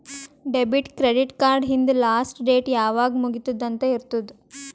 debit, credit card ಹಿಂದ್ last date ಯಾವಾಗ್ ಮುಗಿತ್ತುದ್ ಅಂತ್ ಇರ್ತುದ್